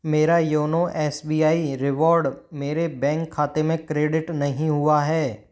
मेरा YONO S B I reward मेरे bank खाते में क्रेडिट नहीं हुआ है